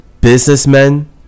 businessmen